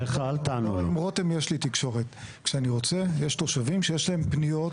עם רותם יש לי תקשורת שאני רוצה יש תושבים שיש להם פניות